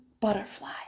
butterfly